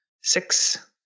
six